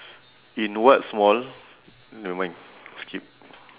in what small nevermind skip